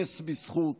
נס בזכות